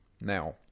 Now